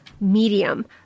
medium